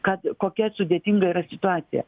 kad kokia sudėtinga yra situacija